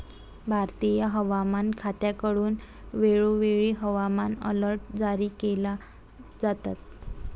भारतीय हवामान खात्याकडून वेळोवेळी हवामान अलर्ट जारी केले जातात